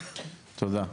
תודה.